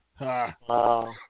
Wow